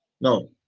No